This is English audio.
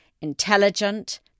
intelligent